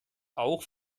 auch